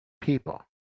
people